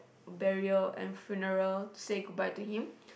burial and funeral say goodbye to him